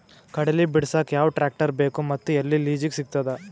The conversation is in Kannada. ಕಡಲಿ ಬಿಡಸಕ್ ಯಾವ ಟ್ರ್ಯಾಕ್ಟರ್ ಬೇಕು ಮತ್ತು ಎಲ್ಲಿ ಲಿಜೀಗ ಸಿಗತದ?